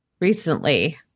recently